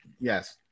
Yes